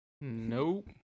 Nope